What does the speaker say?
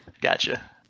Gotcha